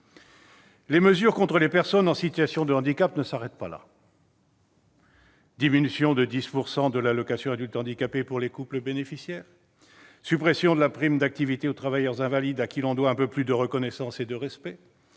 Les mesures contre les personnes en situation de handicap ne s'arrêtent pas là : diminution de 10 % de l'allocation aux adultes handicapées pour les couples de bénéficiaires, suppression de la prime d'activité aux travailleurs invalides-on leur doit un peu plus de reconnaissance et de respect